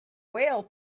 whale